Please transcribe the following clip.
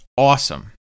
Awesome